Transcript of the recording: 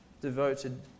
devoted